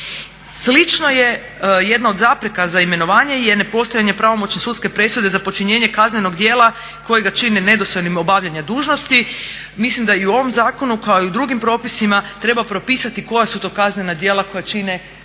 Slično je jedno od zapreka za imenovanje je nepostojanje pravomoćne sudske presude za počinjenje kaznenog djela kojega čine nedostojnim obavljanja dužnosti. Mislim da i u ovom zakonu kao i u drugim propisima treba propisati koja su to kaznena djela koja čine